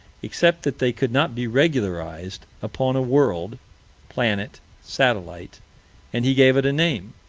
except that they could not be regularized, upon a world planet satellite and he gave it a name.